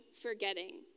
forgetting